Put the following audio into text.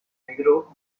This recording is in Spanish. negro